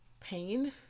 pain